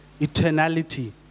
eternality